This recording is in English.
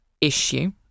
issue